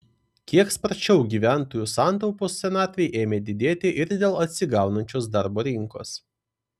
kiek sparčiau gyventojų santaupos senatvei ėmė didėti ir dėl atsigaunančios darbo rinkos